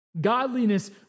Godliness